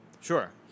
Sure